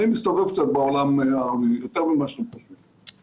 אני מסתובב קצת בעולם הערבי יותר ממה שאתם חושבים,